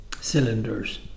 cylinders